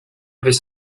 avait